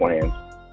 plans